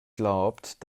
glaubt